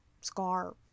scar